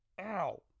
ow